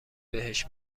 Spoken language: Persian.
بهش